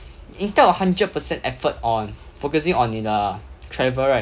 instead of hundred percent effort on focusing on 你的 travel right